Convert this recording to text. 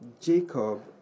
Jacob